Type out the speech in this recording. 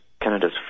Canada's